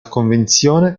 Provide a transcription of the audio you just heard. convenzione